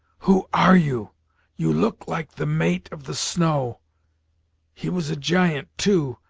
who are you you look like the mate of the snow' he was a giant, too,